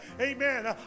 amen